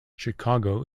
chicago